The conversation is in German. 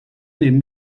nehmen